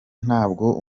ntabwo